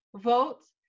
votes